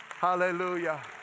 Hallelujah